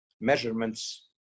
measurements